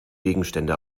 gegenstände